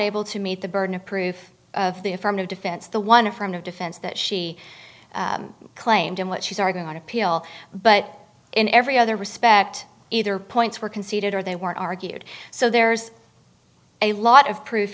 able to meet the burden of proof of the affirmative defense the one affirmative defense that she claimed and what she's are going to appeal but in every other respect either points were conceded or they weren't argued so there's a lot of proof